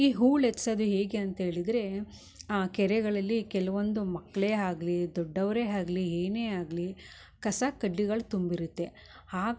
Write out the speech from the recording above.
ಈ ಹೂಳು ಎತ್ಸೊದು ಹೇಗೆ ಅಂತ ಹೇಳಿದರೆ ಆ ಕೆರೆಗಳಲ್ಲಿ ಕೆಲವೊಂದು ಮಕ್ಕಳೇ ಆಗ್ಲಿ ದೊಡ್ಡವರೇ ಆಗ್ಲಿ ಏನೇ ಆಗ್ಲಿ ಕಸ ಕಡ್ಡಿಗಳು ತುಂಬಿರುತ್ತೆ